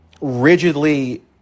rigidly